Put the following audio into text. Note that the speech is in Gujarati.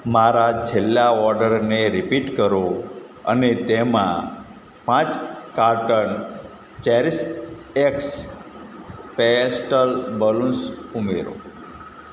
મારા છેલ્લા ઓર્ડરને રિપીટ કરો અને તેમાં પાંચ કાર્ટન ચેરીશએક્સ પેસ્ટલ બલૂન્સ ઉમેરો